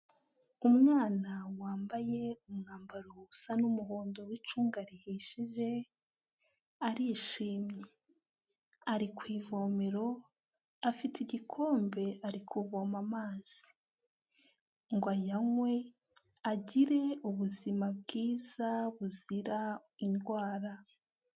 Umwana wambaye umwambaro usa n'umuhondo w'icunga rihishije arishimye, ari ku ivomero afite igikombe ari kuvoma amazi ngo ayanywe agire ubuzima bwiza buzira indwara.